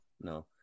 no